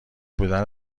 بودن